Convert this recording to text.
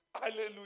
Hallelujah